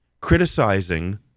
criticizing